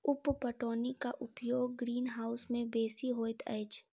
उप पटौनीक उपयोग ग्रीनहाउस मे बेसी होइत अछि